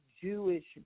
Jewish